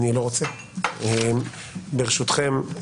ברשותכם,